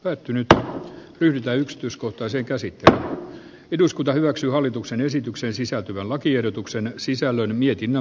pettynyt ja lyhentää yksityiskohtaisen käsi ja eduskunta hyväksyy hallituksen esitykseen sisältyvän lakiehdotuksen sisällön ja kiinan